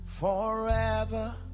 forever